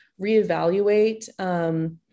reevaluate